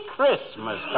Christmas